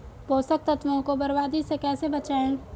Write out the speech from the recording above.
पोषक तत्वों को बर्बादी से कैसे बचाएं?